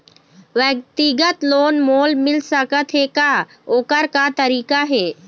व्यक्तिगत लोन मोल मिल सकत हे का, ओकर का तरीका हे?